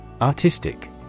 Artistic